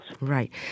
Right